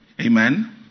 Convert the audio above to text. Amen